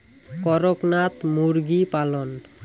করকনাথ মুরগি পালন?